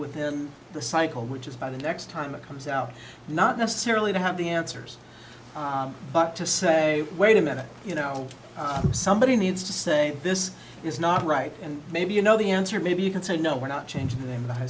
with him the cycle which is by the next time it comes out not necessarily to have the answers but to say wait a minute you know somebody needs to say this is not right and maybe you know the answer maybe you can say no we're not changing the name of